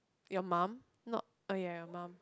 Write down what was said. your mum not oh ya your mum